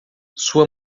sua